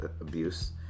abuse